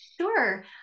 Sure